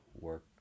work